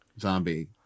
Zombie